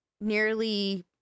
nearly